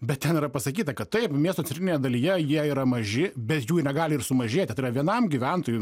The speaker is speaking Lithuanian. bet ten yra pasakyta kad taip miesto centrinėje dalyje jie yra maži bet jų negali ir sumažėti tai yra vienam gyventojui